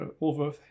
over